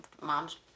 mom's